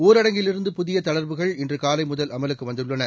ஊரடங்கிலிருந்து புதிய தளர்வுகள் இன்று காலை முதல் அமலுக்கு வந்துள்ளன